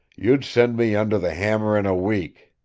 you'd send me under the hammer in a week.